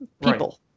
people